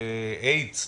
לאיידס,